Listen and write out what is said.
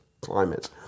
climate